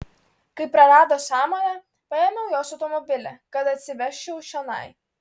kai prarado sąmonę paėmiau jos automobilį kad atsivežčiau čionai